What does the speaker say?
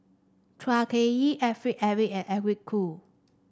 Chua Ek Kay Alfred Eric and Eric Khoo